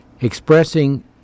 expressing